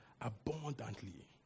abundantly